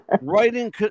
writing